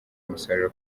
umusaruro